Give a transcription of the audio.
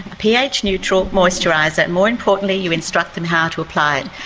ph neutral moisturiser. more importantly you instruct them how to apply it.